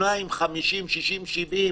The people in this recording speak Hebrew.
חתונה עם 50 או 60 או 70,